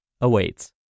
awaits